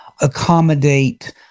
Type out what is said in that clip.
accommodate